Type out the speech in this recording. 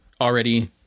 already